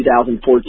2014